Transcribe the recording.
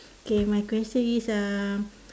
K my question is uh